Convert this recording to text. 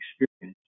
experience